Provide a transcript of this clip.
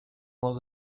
was